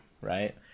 right